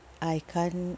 I can't